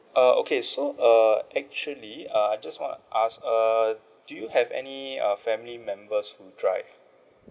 uh okay so err actually uh I just want to ask err do you have any uh family members who drive